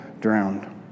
drowned